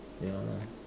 ya lor